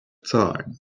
time